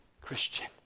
Christian